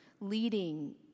leading